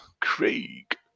Craig